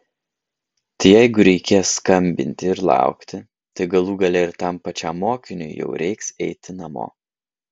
tai jeigu reikės skambinti ir laukti tai galų gale ir tam pačiam mokiniui jau reiks eiti namo